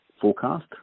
forecast